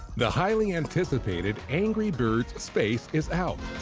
the highly-anticipated angry birds space is out.